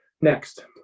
Next